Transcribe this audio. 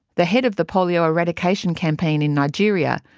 the head of the polio eradication campaign in nigeria,